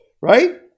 right